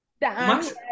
Max